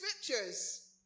scriptures